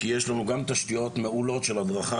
כי יש לנו גם תשתיות מעולות של הדרכה,